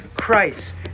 Christ